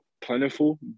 plentiful